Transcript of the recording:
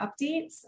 updates